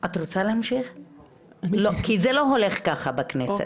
זה לא הולך ככה בכנסת.